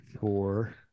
four